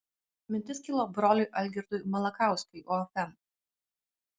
mintis kilo broliui algirdui malakauskiui ofm